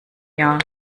jahr